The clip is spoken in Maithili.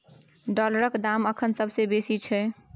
डॉलरक दाम अखन सबसे बेसी छै